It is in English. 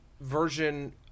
version